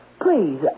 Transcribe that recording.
please